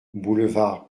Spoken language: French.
boulevard